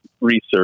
research